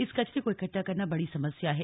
इस कचरे को इकट्टा करना बड़ी समस्या है